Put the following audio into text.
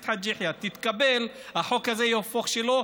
חאג' יחיא תתקבל החוק הזה יהפוך לשלו,